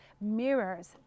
mirrors